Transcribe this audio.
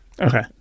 Okay